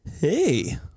Hey